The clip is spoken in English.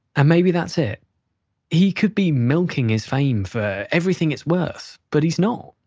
and maybe that's it he could be milking his fame for everything it's worth, but he's not.